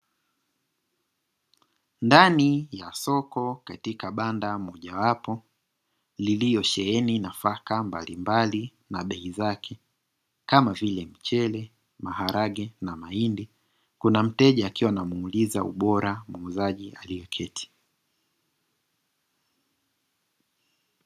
Ndani ya soko katika banda mojawapo, lililosheheni nafaka mbalimbali na bei zake kama vile mchele, maharage na nahindi, kuna mteja akiwa anamuuliza ubora muuzaji aliyeketi.